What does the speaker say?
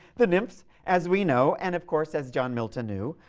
the nymphs, as we know and of course as john milton knew,